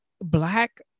black